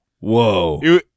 Whoa